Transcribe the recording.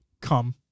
come